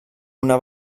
una